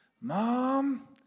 mom